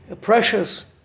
precious